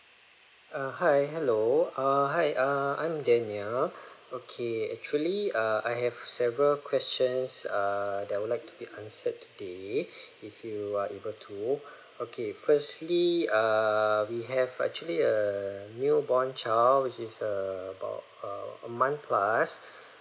uh hi hello err hi err I'm daniel okay actually uh I have several questions err that I would like it answer today if you are able to okay firstly err we have actually a new born child which is err about a a month plus